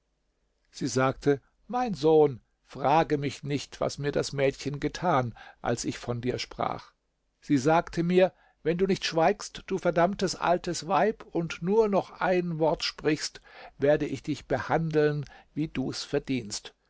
sie sagte mein sohn frage mich nicht was mir das mädchen getan als ich von dir sprach sie sagte mir wenn du nicht schweigst du verdammtes altes weib und nur noch ein wort sprichst werde ich dich behandeln wie du's verdienst